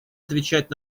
отвечать